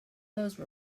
those